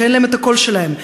שאין להם קול משלהם,